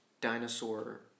dinosaur